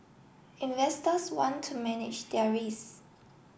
investors want to manage their risk